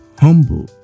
humble